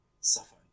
suffer